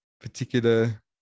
particular